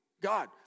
God